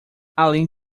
além